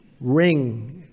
ring